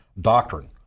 doctrine